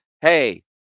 hey